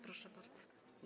Proszę bardzo.